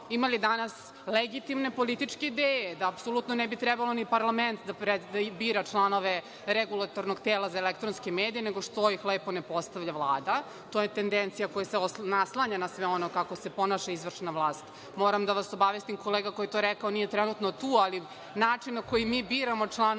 imali danas legitimne političke ideje, da apsolutno ne bi trebalo da parlament bira članove REM-a, nego što ih lepo ne postavlja Vlada. To je tendencija koja se naslanja na sve ono kako se ponaša izvršna vlast. Moram da vas obavestim, kolega koji je to rekao, nije trenutno tu, ali način na koji mi biramo članove